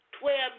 Twelve